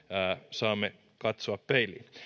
saamme katsoa peiliin